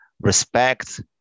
respect